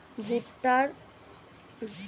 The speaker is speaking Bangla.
ভুট্টার সর্বোত্তম উচ্চফলনশীল ভ্যারাইটির নাম কি?